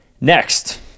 Next